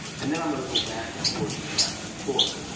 and then i'm going to go back and forth and back and forth